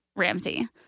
Ramsey